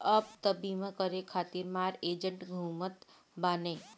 अब तअ बीमा करे खातिर मार एजेन्ट घूमत बाने